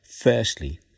Firstly